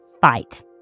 fight